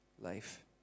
life